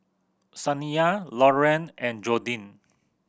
Saniyah Lauren and Jordin